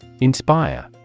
Inspire